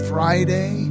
Friday